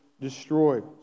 destroyed